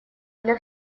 для